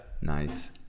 Nice